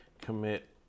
commit